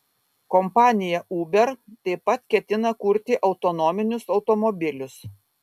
kompanija uber taip pat ketina kurti autonominius automobilius